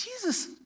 Jesus